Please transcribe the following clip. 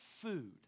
food